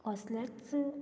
असलेंच